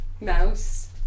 mouse